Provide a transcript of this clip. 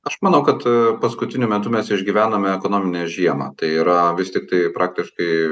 aš manau kad paskutiniu metu mes išgyvenome ekonominę žiemą tai yra vis tiktai praktiškai